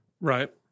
Right